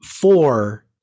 four